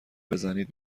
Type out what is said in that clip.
بزنید